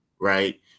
right